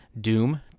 Doom